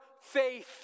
faith